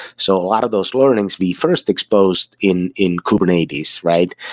so a lot of those learnings we first exposed in in kubernetes, right?